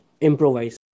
Improvise